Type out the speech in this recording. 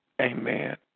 amen